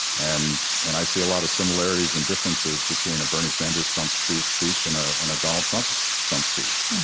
and and i see a lot of similarities and differences between a bernie sanders stump so speech and ah and a donald trump stump speech.